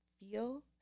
feel